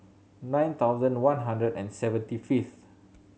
nine thousand one hundred and seventy fifth